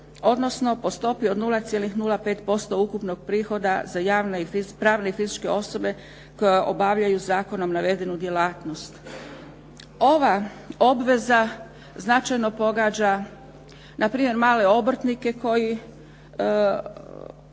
odnosno po stopi od 0,05% ukupnog prihoda za pravne i fizičke osobe koje obavljaju zakonom navedenu djelatnost. Ova obveza značajno pogađa npr. male obrtnike koji